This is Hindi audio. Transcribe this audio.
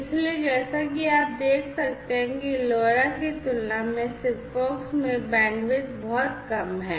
इसलिए जैसा कि आप देख सकते हैं कि LoRa की तुलना में SIGFOX में बैंडविड्थ बहुत कम है